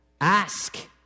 ask